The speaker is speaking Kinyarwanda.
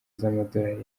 z’amadorari